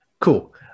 cool